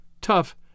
tough